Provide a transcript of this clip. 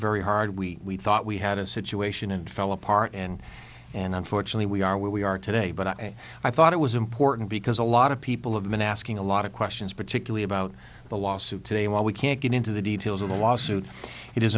very hard we thought we had a situation and fell apart and and unfortunately we are where we are today but i i thought it was important because a lot of people have been asking a lot of questions particularly about the lawsuit today while we can't get into the details of the lawsuit it is